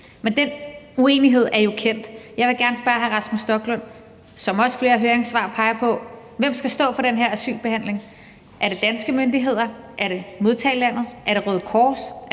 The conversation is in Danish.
men den uenighed er jo kendt. Jeg vil gerne spørge hr. Rasmus Stoklund om noget, som også flere høringssvar peger på: Hvem skal stå for den her asylbehandling? Er det danske myndigheder? Er det modtagerlandet? Er det Røde Kors?